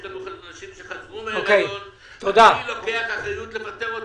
יש לנו נשים שחזרו מהיריון ומי לוקח אחריות לפטר אותן?